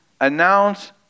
announce